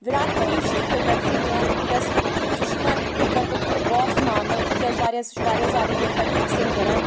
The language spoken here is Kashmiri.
وِراٹھ کوہلی چھُ کِرکَٹَس منٛز یِوان بِگیٚسٹہٕ سُہ چھُ یِوان کِرکَٹُک بوٛاس ماننہٕ تِکیٛازِ واریاہ سُہ چھُ واریاہ زیادٕ کِرکَٹ اصٕل گِنٛدان